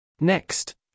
Next